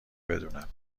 بدونم